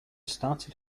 started